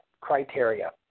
criteria